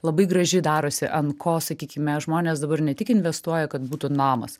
labai graži darosi ant ko sakykime žmonės dabar ne tik investuoja kad būtų namas